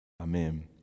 Amen